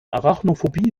arachnophobie